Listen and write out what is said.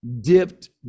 dipped